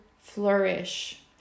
flourish